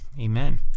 Amen